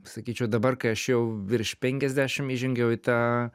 sakyčiau dabar kai aš jau virš penkiasdešimt įžengiau į tą